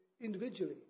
individually